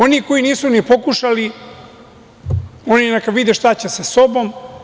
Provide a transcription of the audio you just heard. Oni koji nisu ni pokušali, oni neka vide šta će sa sobom.